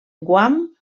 guam